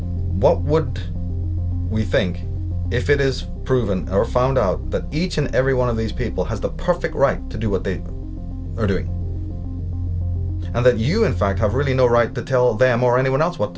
what would we think if it is proven or found out that each and every one of these people has the perfect right to do what they are doing and that you in fact have really no right to tell them or anyone else what